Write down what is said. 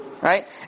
Right